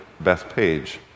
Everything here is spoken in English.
Bethpage